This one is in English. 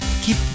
keep